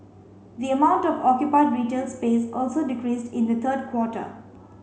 the amount of occupied retail space also decreased in the third quarter